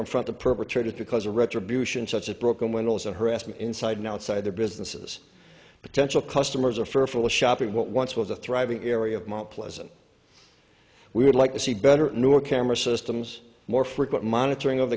confront the perpetrators because retribution such as broken windows or harassment inside and outside their businesses potential customers are fearful of shopping what once was a thriving area of mount pleasant we would like to see better newer camera systems more frequent monitoring of